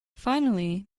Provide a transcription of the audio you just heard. finally